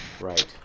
Right